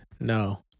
No